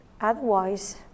Otherwise